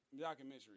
documentary